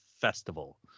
Festival